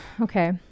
okay